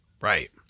Right